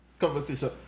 conversation